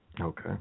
Okay